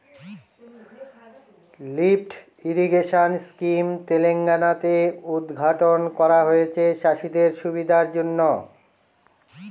lift irrigation scheme Telangana তে উদ্ঘাটন করা হয়েছে চাষীদের সুবিধার জন্য